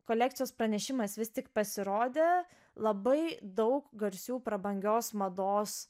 kolekcijos pranešimas vis tik pasirodė labai daug garsių prabangios mados